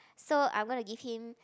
so I'm gonna give him